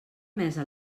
mesa